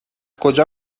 کجا